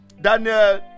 Daniel